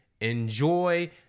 Enjoy